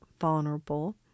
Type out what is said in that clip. vulnerable